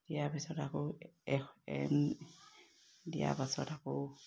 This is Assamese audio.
দিয়াৰ পিছত আকৌ দিয়াৰ পাছত আকৌ